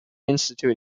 institute